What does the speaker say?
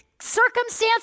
circumstances